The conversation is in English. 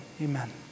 amen